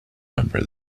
number